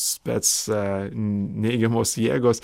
spec neigiamos jėgos